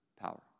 power